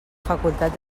facultat